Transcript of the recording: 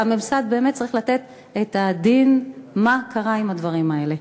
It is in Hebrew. הממסד באמת צריך לתת את הדין: מה קרה עם הדברים האלה?